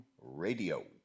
Radio